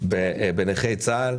בנכי צה"ל.